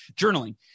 journaling